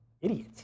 idiot